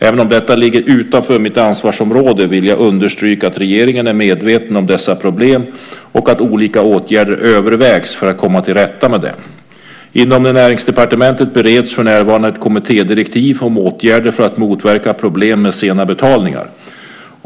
Även om detta ligger utanför mitt ansvarsområde vill jag understryka att regeringen är medveten om dessa problem och att olika åtgärder övervägs för att komma till rätta med dem. Inom Näringsdepartementet bereds för närvarande ett kommittédirektiv om åtgärder för att motverka problem med sena betalningar.